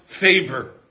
favor